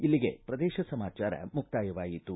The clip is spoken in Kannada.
ಇಲ್ಲಿಗೆ ಪ್ರದೇಶ ಸಮಾಚಾರ ಮುಕ್ತಾಯವಾಯಿತು